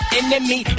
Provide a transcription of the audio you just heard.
enemy